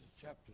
chapter